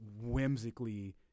whimsically